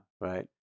Right